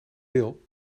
wil